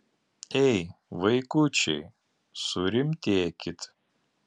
ei vaikučiai surimtėkit